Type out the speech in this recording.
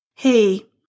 Hey